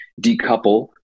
decouple